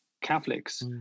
catholics